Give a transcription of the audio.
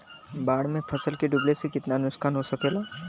बाढ़ मे फसल के डुबले से कितना नुकसान हो सकेला?